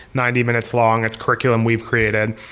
ninety minutes long, it's curriculum we've created.